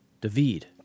David